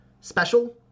special